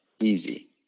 easy